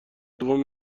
دوم